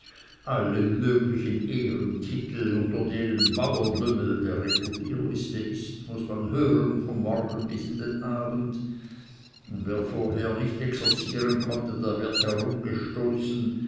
alle möglichen ehrentitel unter denen bauernlümmel der reputierlichste ist muß man hören vom morgen bis an den abend und wer vorher nicht exerzieren konnte der wird herumgestoßen